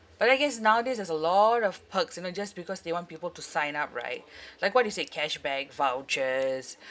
but I guess nowadays there's a lot of perks you know just because they want people to sign up right like what you say cashback vouchers